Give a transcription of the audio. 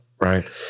Right